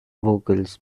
vocals